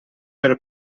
per